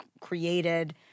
created